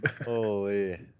Holy